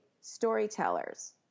storytellers